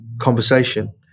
conversation